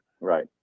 Right